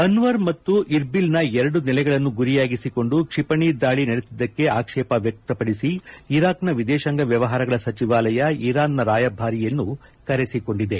ಅನ್ಬರ್ ಮತ್ತು ಇರ್ಬಿಲ್ನ ಎರಡು ನೆಲೆಗಳನ್ನು ಗುರಿಯಾಗಿಸಿಕೊಂಡು ಕ್ವಿಪಣಿ ದಾಳಿ ನಡೆಸಿದ್ದಕ್ಕೆ ಆಕ್ಷೇಪ ವ್ಯಕ್ತಪಡಿಸಿ ಇರಾಕ್ನ ವಿದೇಶಾಂಗ ವ್ಯವಹಾರಗಳ ಸಚಿವಾಲಯ ಇರಾನ್ನ ರಾಯಭಾರಿಯನ್ನು ಕರೆಸಿಕೊಂಡಿದೆ